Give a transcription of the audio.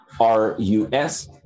R-U-S